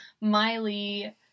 miley